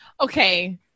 Okay